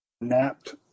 napped